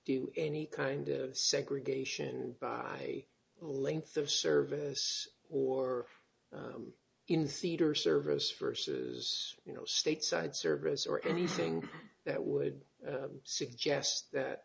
do any kind of segregation by a length of service or in cedar service first as you know stateside service or anything that would suggest that